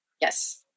yes